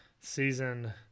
season